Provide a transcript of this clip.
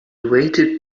waited